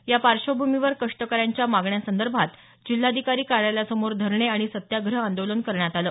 या पार्श्वभूमीवर कष्टकऱ्यांच्या मागण्यांसंदर्भात जिल्हाधिकारी कार्यालयासमोर धरणे आणि सत्याग्रह आंदोलन करण्यात आलं